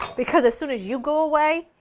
because as soon as you go away,